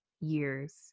years